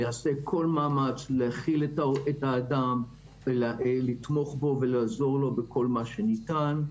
נעשה כל מאמץ להכיל את האדם ולתמוך בו ולעזור לו בכל מה שניתן.